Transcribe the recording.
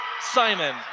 Simon